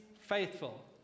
faithful